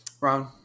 Ron